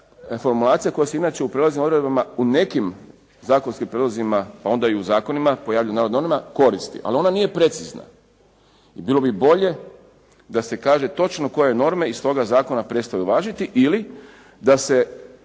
formulacija koja se inače u prijelaznim odredbama u nekim zakonskim prijedlozima pa onda i u zakonima pojavljuje … /Ne razumije se./ … ali ona nije precizna i bilo bi bolje da se kaže točno koje norme iz toga zakona prestaju važiti ili da se